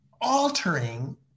altering